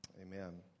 Amen